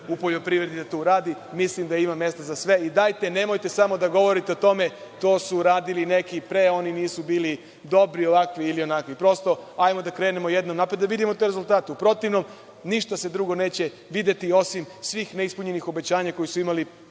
u poljoprivredi, da tu radi. Mislim da ima mesta za sve, dajte, nemojte da govorite samo o tome, to su radili neki pre, oni nisu bili dobri, ovakvi ili onakvi. Prosto ajmo da krenemo jednom napred, da vidimo te rezultate. U protivnom ništa se drugo neće videti osim svih neispunjenih obećanja koje su imali